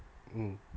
mm